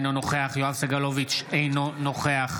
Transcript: אינו נוכח יואב סגלוביץ' אינו נוכח